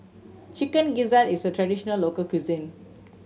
Chicken Gizzard is a traditional local cuisine